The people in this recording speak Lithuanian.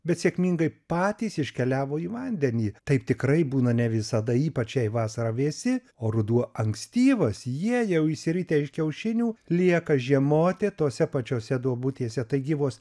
bet sėkmingai patys iškeliavo į vandenį taip tikrai būna ne visada ypač jei vasara vėsi o ruduo ankstyvas jie jau išsiritę iš kiaušinių lieka žiemoti tose pačiose duobutėse taigi vos